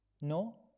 No